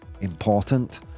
important